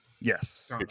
yes